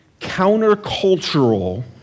countercultural